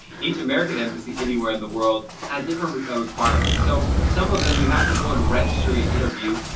each american embassy anywhere in the world, has different requirements. so some of them, you have to go and register your interview.